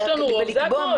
יש לנו רוב, זה הכול.